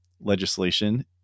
legislation